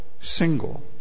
single